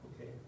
okay